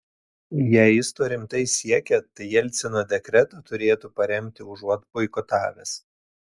jei jis to rimtai siekia tai jelcino dekretą turėtų paremti užuot boikotavęs